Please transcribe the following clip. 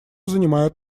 занимают